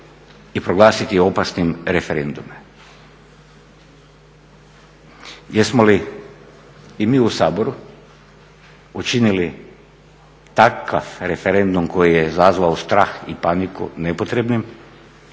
i proglasiti opasnim referendum. Jesmo li i mi u Saboru učinili takav referendum koji je izazvao strah i paniku nepotrebnim